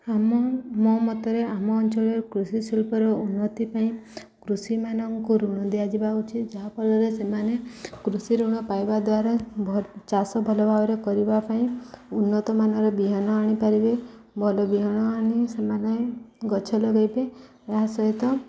ଆମ ମୋ ମତରେ ଆମ ଅଞ୍ଚଳରେ କୃଷି ଶିଳ୍ପର ଉନ୍ନତି ପାଇଁ କୃଷିମାନଙ୍କୁ ଋଣ ଦିଆଯିବା ଉଚିତ୍ ଯାହାଫଳରେ ସେମାନେ କୃଷି ଋଣ ପାଇବା ଦ୍ୱାରା ଭ ଚାଷ ଭଲ ଭାବରେ କରିବା ପାଇଁ ଉନ୍ନତମାନର ବିହନ ଆଣିପାରିବେ ଭଲ ବିହନ ଆଣି ସେମାନେ ଗଛ ଲଗେଇବେ ଏହା ସହିତ